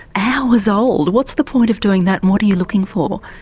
hours old. what's the point of doing that and what are you looking for?